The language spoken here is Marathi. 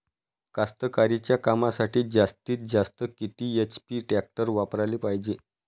कास्तकारीच्या कामासाठी जास्तीत जास्त किती एच.पी टॅक्टर वापराले पायजे?